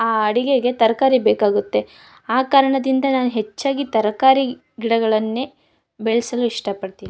ಆ ಅಡಿಗೆಗೆ ತರಕಾರಿ ಬೇಕಾಗುತ್ತೆ ಆ ಕಾರಣದಿಂದ ನಾನು ಹೆಚ್ಚಾಗಿ ತರಕಾರಿ ಗಿಡಗಳನ್ನೇ ಬೆಳೆಸಲು ಇಷ್ಟ ಪಡ್ತೀನಿ